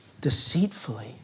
deceitfully